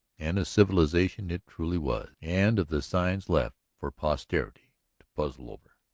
and a civilization it truly was. and of the signs left for posterity to puzzle over.